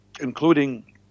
including